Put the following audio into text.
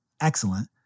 excellent